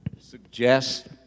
suggest